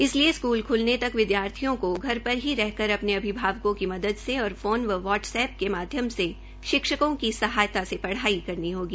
इसलिऐ school ख्लने तक विद्यार्थियों को घर पर ही रहकर अपने अभिभावकों की मदद से और फोन व वाट्स एप्प के माध्यम से अध्यापकों की सहायता से पढ़ाई करनी होगी